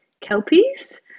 kelpies